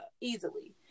easily